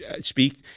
Speak